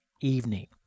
evening